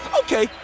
Okay